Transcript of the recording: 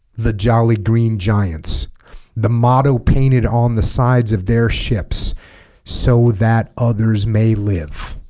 the jolly green giants the motto painted on the sides of their ships so that others may live